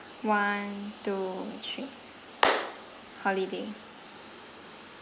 one two three holiday